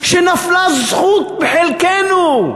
שנפלה זכות בחלקנו,